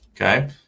okay